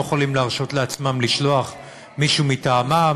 לא יכולים להרשות לעצמם לשלוח מישהו מטעמם